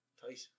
Tight